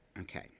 okay